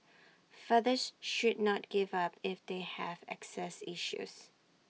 fathers should not give up if they have access issues